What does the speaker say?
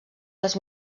les